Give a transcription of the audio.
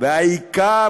והעיקר,